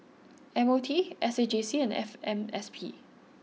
M O T S A J C and F M S P